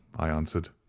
i answered,